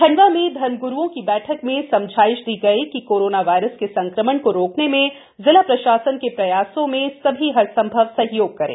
खण्डवा में धर्मग्रुओं की बैठक में समझाइश दी गयी कि कोरोना वायरस के संक्रमण को रोकने में जिला प्रशासन के प्रयासों में सभी हरसम्भव सहयोग करें